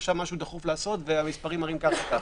לעשות משהו דחוף והמספרים מראים כך וכך.